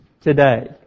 today